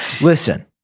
listen